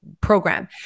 program